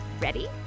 ready